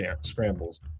scrambles